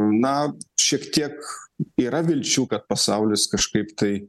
na šiek tiek yra vilčių kad pasaulis kažkaip tai